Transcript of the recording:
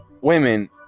women